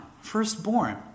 firstborn